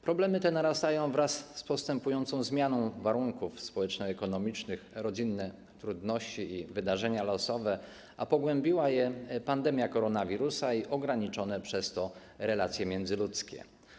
Problemy te narastają wraz z postępującą zmianą warunków społeczno-ekonomicznych, chodzi o rodzinne trudności i wydarzenia losowe, a pogłębiła je pandemia koronawirusa i ograniczone przez to relacje międzyludzkie.